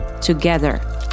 together